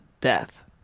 death